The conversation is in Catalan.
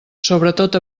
sobretot